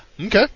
Okay